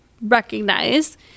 recognize